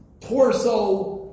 torso